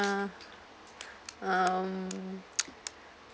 uh um